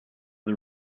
the